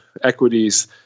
equities